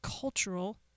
cultural